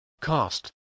Cost